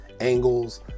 angles